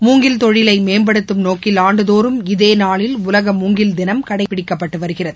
மூங்கில் தொழிலைமேப்படுத்தும் நோக்கில் ஆண்டுதோறும் இதேநாளில் உலக மூங்கில் தினம் கடைபிடிக்கப்பட்டுவருகிறது